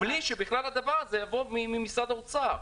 בלי שהדבר הזה יבוא ממשרד האוצר.